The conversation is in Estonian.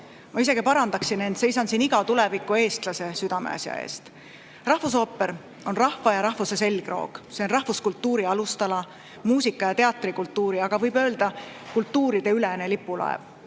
Ma isegi parandaksin end: seisan siin iga tulevikueestlase südameasja eest. Rahvusooper on rahva ja rahvuse selgroog, see on rahvuskultuuri alustala, muusika‑ ja teatrikultuuri, aga võib öelda, kultuuriülene lipulaev.